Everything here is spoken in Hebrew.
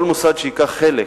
כל מוסד שייקח חלק,